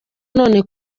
none